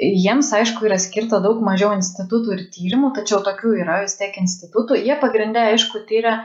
jiems aišku yra skirta daug mažiau institutų ir tyrimų tačiau tokių yra vis tiek institutų jie pagrinde aišku tiria